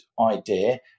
idea